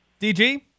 DG